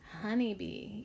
honeybee